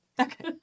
Okay